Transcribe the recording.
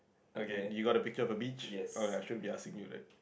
okay you got a picture of a beach oh ya I shouldn't be asking you right